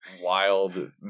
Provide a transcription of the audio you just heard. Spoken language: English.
wild